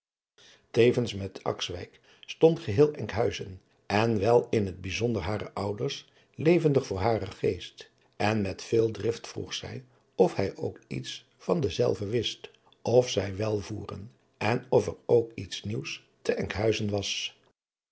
tevens met akswijk stond geheel enkhuizen en wel in het bijzonder hare ouders levendig voor haren geest en met veel drift vroeg zij of hij ook iets van dezelve wist of zij welvoeren en of er ook iets nieuws te enkhuizen was